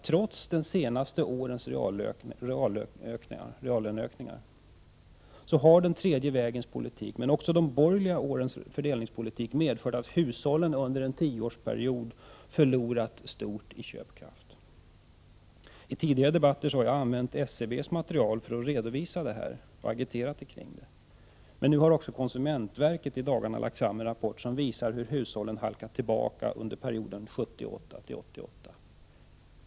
Trots de senaste årens reallöneökningar har den tredje vägens politik, men också de borgerliga årens fördelningspolitik, medfört att hushållen under en tioårsperiod förlorat en stor del av sin köpkraft. I tidigare debatter har jag använt SCB:s material för att redovisa detta förhållande och agitera kring detta. Nu har också konsumentverket i dagarna lagt fram en rapport, som visar hur hushållen halkat efter under perioden 1978-88.